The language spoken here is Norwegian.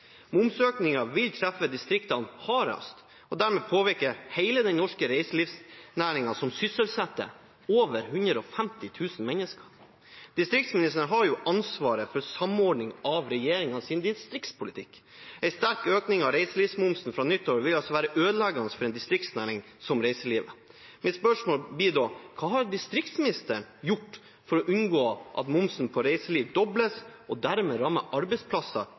vil treffe distriktene hardest og dermed påvirke hele den norske reiselivsnæringen, som sysselsetter over 150 000 mennesker. Distriktsministeren har ansvar for samordning av regjeringens distriktspolitikk. En sterk økning av reiselivsmomsen fra nyttår vil være ødeleggende for en distriktsnæring som reiselivet. Mitt spørsmål blir da: Hva har distriktsministeren gjort for å unngå at momsen på reiseliv dobles og dermed rammer arbeidsplasser